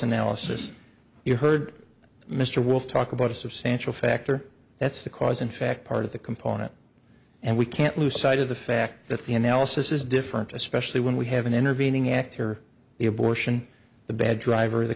analysis you heard mr wolf talk about a substantial factor that's the cause in fact part of the component and we can't lose sight of the fact that the analysis is different especially when we have an intervening act or the abortion the bad driver